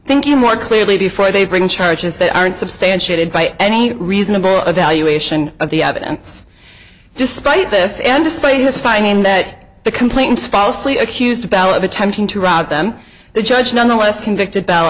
thinking more clearly before they bring charges that aren't substantiated by any reasonable evaluation of the evidence despite this and despite his finding that the complaints falsely accused of attempting to out them the judge nonetheless convicted